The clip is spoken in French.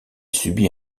subit